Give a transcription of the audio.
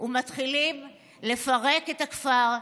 מתחילים לפרק את הכפר,